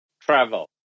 travel